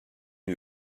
new